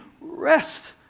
rest